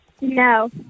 No